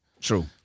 True